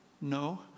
No